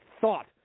thought